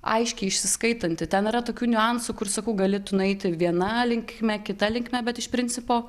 aiškiai išsiskaitanti ten yra tokių niuansų kur sakau gali tu nueiti viena linkme kita linkme bet iš principo